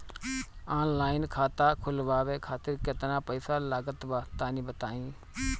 Online खाता खूलवावे खातिर केतना पईसा लागत बा तनि बताईं?